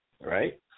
right